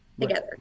together